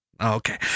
okay